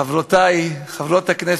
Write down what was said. חברותי חברות הכנסת,